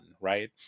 Right